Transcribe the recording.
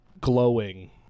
Glowing